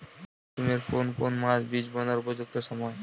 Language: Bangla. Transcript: মরসুমের কোন কোন মাস বীজ বোনার উপযুক্ত সময়?